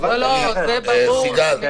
זה ברור.